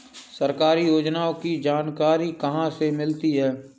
सरकारी योजनाओं की जानकारी कहाँ से मिलती है?